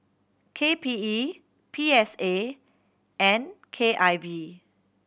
K P E P S A and K I V